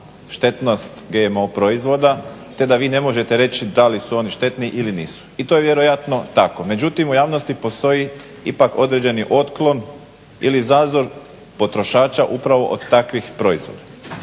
štetnost GMO proizvoda te da vi ne možete reći da li su oni štetni ili nisu. I to je vjerojatno tako. Međutim, u javnosti postoji ipak određeni otklon ili zazor potrošača upravo od takvih proizvoda